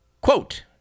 quote